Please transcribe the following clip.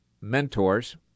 mentors